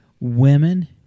women